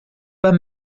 pas